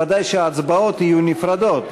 וודאי שההצבעות יהיו נפרדות,